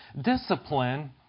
Discipline